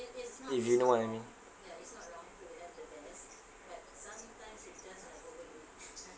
if you know what I mean